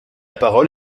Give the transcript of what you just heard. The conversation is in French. parole